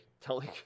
telling